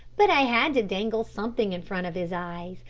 but i had to dangle something in front of his eyes,